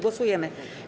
Głosujemy.